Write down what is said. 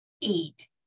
eat